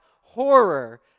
horror